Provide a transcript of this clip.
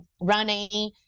running